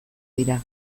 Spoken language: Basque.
dira